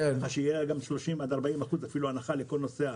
כך שתהיה הנחה של 40%-30% לכל נוסע.